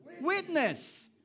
witness